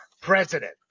president